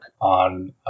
on